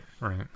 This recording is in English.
Right